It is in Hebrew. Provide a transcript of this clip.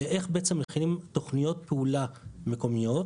איך בעצם מתחילים תוכניות פעולה מקומיות